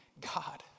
God